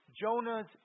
Jonah's